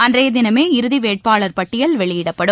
அன்றைய தினமே இறுதி வேட்பாளர் பட்டியல் வெளியிடப்படும்